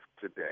today